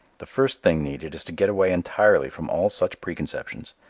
the first thing needed is to get away entirely from all such preconceptions,